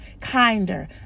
Kinder